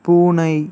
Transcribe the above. பூனை